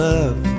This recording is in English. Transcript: love